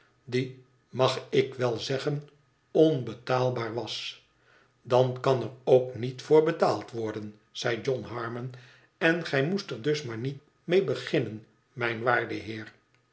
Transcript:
die mag ik wel zeggen onbetaalbaar was idan kan er ook niet voor betaald worden zei john harmon en gij moest er dus maar niet mee beginnen mijn waarde heer